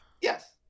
yes